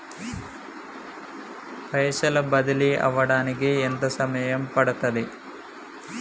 పైసలు బదిలీ అవడానికి ఎంత సమయం పడుతది?